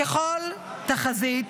ככל תחזית,